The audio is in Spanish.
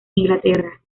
inglaterra